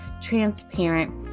transparent